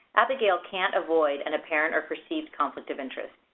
abigail can't avoid an apparent or perceived conflict of interest.